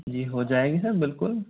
जी हो जाएगी सर बिल्कुल